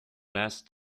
last